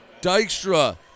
Dykstra